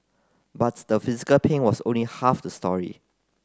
but the physical pain was only half the story